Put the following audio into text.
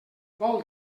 vol